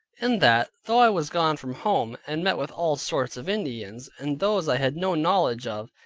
in that, though i was gone from home, and met with all sorts of indians, and those i had no knowledge of,